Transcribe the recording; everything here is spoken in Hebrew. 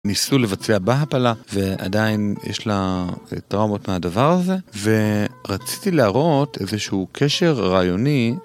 ניסו לבצע בה הפלה, ועדיין יש לה טראומות מהדבר הזה. ורציתי להראות איזשהו קשר רעיוני.